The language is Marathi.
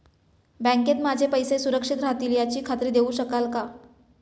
बँकेत माझे पैसे सुरक्षित राहतील याची खात्री देऊ शकाल का?